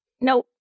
no